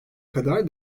kadar